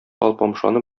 алпамшаны